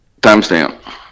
Timestamp